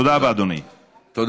תודה רבה, אדוני.